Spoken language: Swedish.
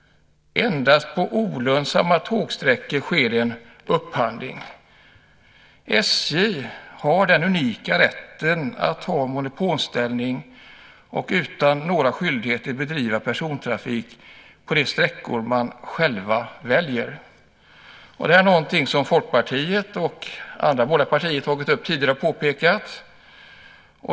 Endast på olönsamma tågsträckor sker en upphandling. SJ har den unika rätten att ha en monopolställning och utan några skyldigheter bedriva persontrafik på de sträckor man själv väljer. Det är något som Folkpartiet och andra borgerliga partier tidigare har påpekat.